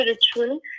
spiritual